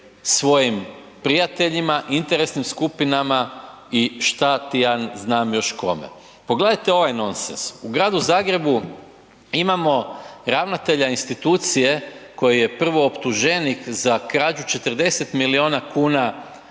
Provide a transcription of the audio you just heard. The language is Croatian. svojim prijateljima, interesnim skupinama i šta ti ja znam još kome. Pogledajte ovaj nonsens u Gradu Zagrebu imamo ravnatelja institucije koji je prvooptuženik za krađu 40 miliona kuna